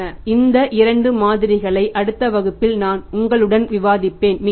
இந்த மாதிரிகள் இரண்டு மாதிரிகளை அடுத்த வகுப்பில் நான் உங்களுடன் விவாதிப்பேன் மிக்க நன்றி